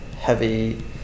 heavy